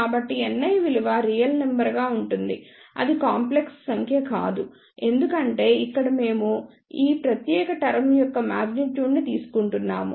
కాబట్టి Ni విలువ real number గా ఉంటుంది అది కాంప్లెక్స్ సంఖ్య కాదు ఎందుకంటే ఇక్కడ మేము ఈ ప్రత్యేక టర్మ్ యొక్క మ్యాగ్నిట్యూడ్ ని తీసుకుంటున్నాము